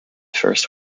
first